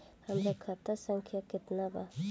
हमार खाता संख्या केतना बा?